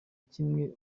kimwe